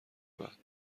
بعد